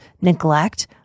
neglect